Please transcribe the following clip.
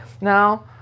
Now